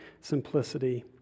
simplicity